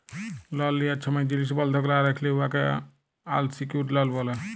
লল লিয়ার ছময় জিলিস বল্ধক লা রাইখলে উয়াকে আলসিকিউর্ড লল ব্যলে